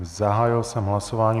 Zahájil jsem hlasování.